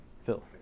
Phil